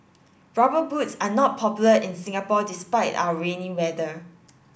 rubber boots are not popular in Singapore despite our rainy weather